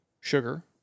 sugar